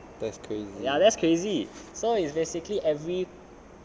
ya that's crazy so it's basically every